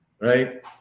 Right